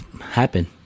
happen